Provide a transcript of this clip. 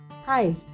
Hi